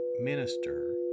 minister